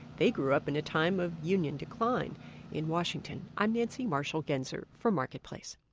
they grew up in a time of union decline in washington, i'm nancy marshall-genzer for marketplace